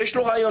ויש לו רעיונות,